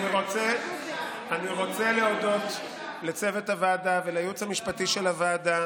אני רוצה להודות לצוות הוועדה